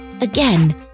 Again